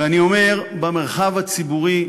ואני אומר, במרחב הציבורי,